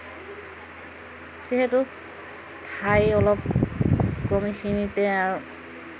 যিহেতু ঠাই অলপ কমখিনিতে আৰু